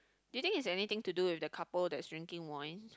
you think is anything to do with the couple that's drinking wine